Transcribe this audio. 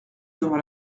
devant